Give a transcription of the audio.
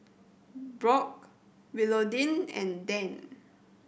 Brock Willodean and Dann